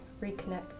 reconnect